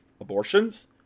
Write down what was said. abortions